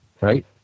right